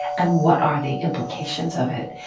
and what are the implications of it?